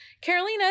Carolina